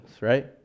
right